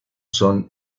son